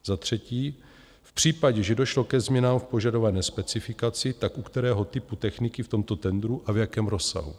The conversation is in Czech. Za třetí, v případě, že došlo ke změnám v požadované specifikaci, u kterého typu techniky v tomto tendru a v jakém rozsahu?